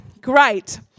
great